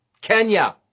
Kenya